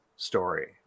story